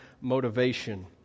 motivation